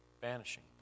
vanishing